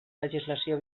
legislació